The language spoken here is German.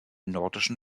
nordischen